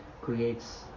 creates